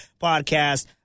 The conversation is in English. podcast